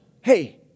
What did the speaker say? hey